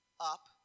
up